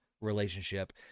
relationship